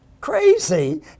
Crazy